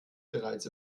bereits